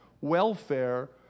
welfare